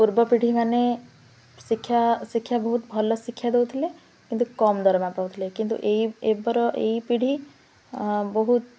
ପୂର୍ବ ପିଢ଼ୀମାନେ ଶିକ୍ଷା ଶିକ୍ଷା ବହୁତ ଭଲ ଶିକ୍ଷା ଦେଉଥିଲେ କିନ୍ତୁ କମ୍ ଦରମା ପାଉଥିଲେ କିନ୍ତୁ ଏ ଏବର ଏଇ ପିଢ଼ୀ ବହୁତ